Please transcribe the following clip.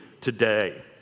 today